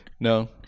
no